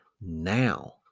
now